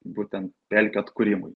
būtent pelkių atkūrimui